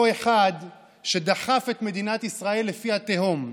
אותו אחד שדחף את מדינת ישראל לפי התהום,